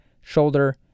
shoulder